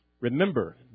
Remember